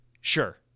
Sure